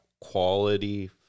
quality